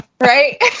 right